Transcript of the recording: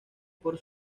por